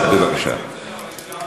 לא,